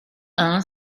hein